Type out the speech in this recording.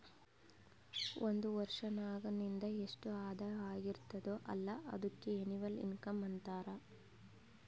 ಒಂದ್ ವರ್ಷನಾಗ್ ನಿಂದು ಎಸ್ಟ್ ಆದಾಯ ಆಗಿರ್ತುದ್ ಅಲ್ಲ ಅದುಕ್ಕ ಎನ್ನವಲ್ ಇನ್ಕಮ್ ಅಂತಾರ